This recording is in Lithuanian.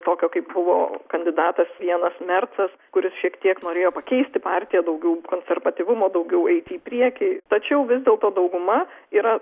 tokio kaip buvo kandidatas vienas mercas kuris šiek tiek norėjo pakeisti partiją daugiau konservatyvumo daugiau eiti į priekį tačiau vis dėlto dauguma yra